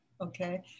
okay